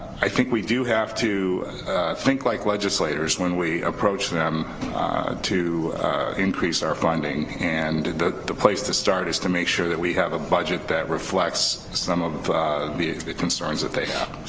i think we do have to think like legislators when we approach them to increase our funding, and the place to start is to make sure that we have a budget that reflects some of the the concerns that they have,